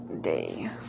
day